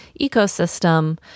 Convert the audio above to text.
ecosystem